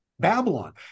babylon